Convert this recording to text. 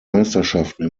meisterschaften